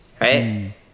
right